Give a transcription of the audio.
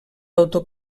autor